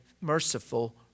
merciful